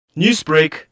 Newsbreak